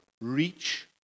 reach